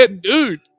Dude